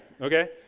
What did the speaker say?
okay